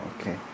Okay